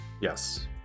Yes